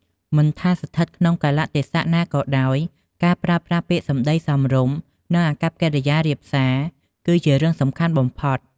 មិនថាស្ថិតក្នុងកាលៈទេសៈណាក៏ដោយ ការប្រើប្រាស់ពាក្យសម្ដីសមរម្យ និងអាកប្បកិរិយារាបសារ គឺជារឿងសំខាន់បំផុត។